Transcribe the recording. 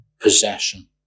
possession